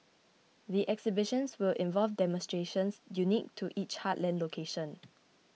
the exhibitions will involve demonstrations unique to each heartland location